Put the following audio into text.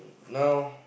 now